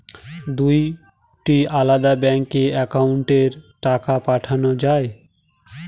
দুটি আলাদা ব্যাংকে অ্যাকাউন্টের টাকা পাঠানো য়ায়?